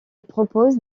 propose